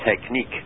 technique